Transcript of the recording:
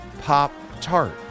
Pop-Tart